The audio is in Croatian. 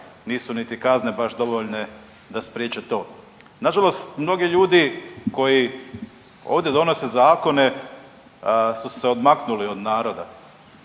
nisu niti kazne baš dovoljne da spriječe to. Nažalost mnogi ljudi koji ovdje donose zakone su se odmaknuli od naroda,